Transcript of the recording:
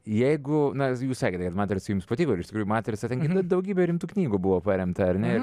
jeigu na jūs sakėte kad matrica jums patiko ir iš tikrųjų matrica ten gi daugybė rimtų knygų buvo paremta ar ne